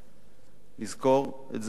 נזכור את זאב ז'בוטינסקי.